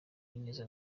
ineza